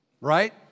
right